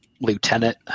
lieutenant